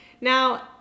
Now